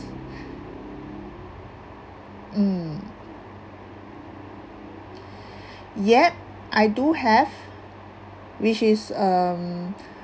mm yup I do have which is um